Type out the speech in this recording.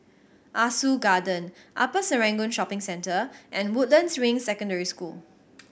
Ah Soo Garden Upper Serangoon Shopping Centre and Woodlands Ring Secondary School